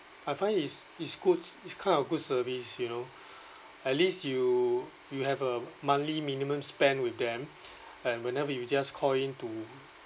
I find is is good it's kind of good service you know at least you you have a monthly minimum spent with them and whenever you just call in to